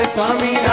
Swami